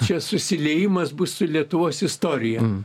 čia susiliejimas bus su lietuvos istorija